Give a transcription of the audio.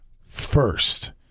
first